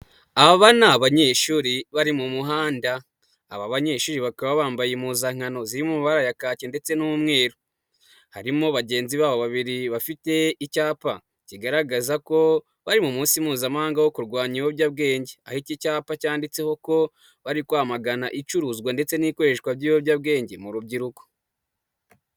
Aba ni abanyeshuri bari mu muhanda, aba banyeshuri bakaba bambaye impuzankano ziri mubara ya kaki ndetse n'umweruru, harimo bagenzi babo babiri bafite icyapa kigaragaza ko bari ku munsi mpuzamahanga wo kurwanya ibiyobyabwenge, aho iki icyapa cyanditseho ko bari kwamagana icuruzwa ndetse n'ikoreshwa ry'ibiyobyabwenge mu rubyiruko.